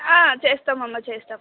చేస్తాం అమ్మ చేస్తాం